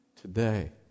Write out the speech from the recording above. Today